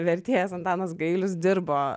vertėjas antanas gailius dirbo